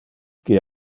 qui